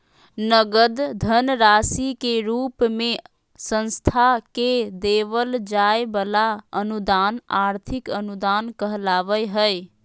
नगद धन राशि के रूप मे संस्था के देवल जाय वला अनुदान आर्थिक अनुदान कहलावय हय